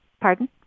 Pardon